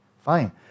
Fine